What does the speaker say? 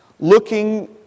looking